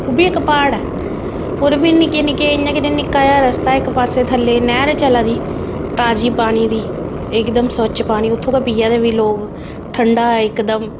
ओह् बी इक प्हाड़ ऐ उद्धर बी निक्के निक्के इ'यां निक्का जेआ रस्ता ऐ इक पास्सै थ'ल्लै नैह्र चला दी ताजी पानी दी इकदम स्वच्छ पानी उत्थूं गै पिया दे बी लोक ठंडा इकदम